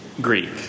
greek